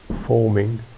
forming